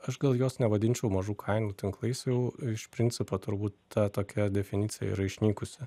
aš gal juos nevadinčiau mažų kainų tinklais jau iš principo turbūt ta tokia definicija yra išnykusi